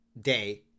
day